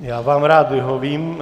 Já vám rád vyhovím.